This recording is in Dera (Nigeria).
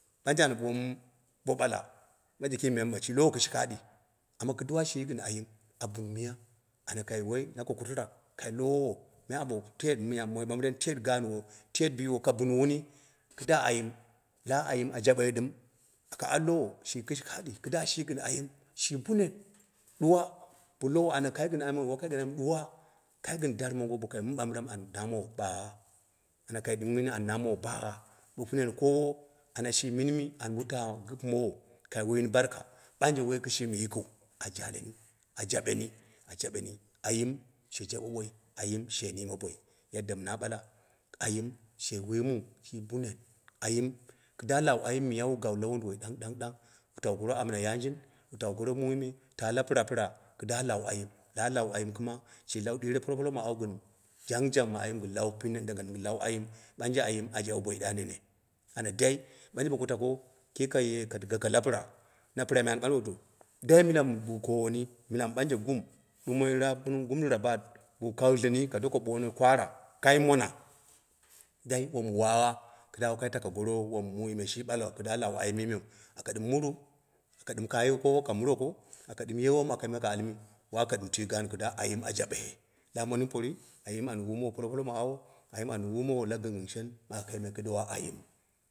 Banje ana boomu bo ɓala, member shi lowo kishkaɗi, amma kiduduwa shi gin ayima bun miya, ana kai woi, ka naki kutɨrak ka low, ayaa ɗong teet miya moi ɓambira teet gaanwo, biiɓo ka bun wuni kida ayim la ayine a jaɓeyi dɨm, aka al lowo shi kishikaɗi kid shi gɨn ayim shi bunen, ɗuwo bo lowo, ana kai gɨn ayim kai gɨn, ana wa kai gɨn ayim ma. Kai gɨn darma mongo bo kai mɨ ɓambiran an namowu baagha, ana kai minmi an namowo ɓaagha bo pinen koowo, ana shi minni an bo taa an gɨpɨ mow kai wuni barka ɓanje woi kishimi yikiu a jaleni, a jabeni yikiu a jaleni, a jabeni, a jabeni yim she jaɓeboi ayim she nime boi yadda mɨ na ɓala ayim she wui mu shi bunen, ayim, kɨda law ayim miya wu gawu la wunduwoi ɗang dang ɗang wu tawu goro amna yangin wu tawu gor mui ma, taa la pira pira da lawo ayim da lau, ayim kɨma shi la u ɗiure polo polok ma aw gɨn jangjang ma ayim gɨn lau pinen digidi daga, lau ayim, ɓanje ayim a jaɓe boi da nen, ana da i ɓanje boka tako ki ka ye ka gako lapira, na piraime an ɓalw to dai mila biɨ bo gowni, milamɨ ɓanje gum, dumoi raap kunung gundira baat boa kaaghildi ni ka doko ɓoono kwaara kai mona dai wom wawa kɨda wokai taka goro wom mui me shi ɓalau, kida lau ayim mi meu aka dim muru, aka kaye kowo ka muroko, aka ɗɨm yie wom kai almai, ka ali wa ka ɗɨm tai gaannu, kida ayim a jabeghe la, mondi in pori ayim an wumono polopolok ma awo, ayim an wumowo la gingging shen, mi aka ɗim yimai kidan ayim.